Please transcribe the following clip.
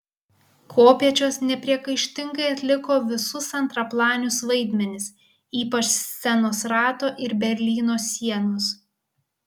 kopėčios nepriekaištingai atliko visus antraplanius vaidmenis ypač scenos rato ir berlyno sienos